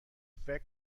فکر